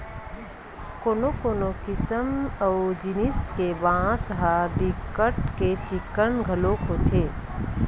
कोनो कोनो किसम अऊ जिनिस के बांस ह बिकट के चिक्कन घलोक होथे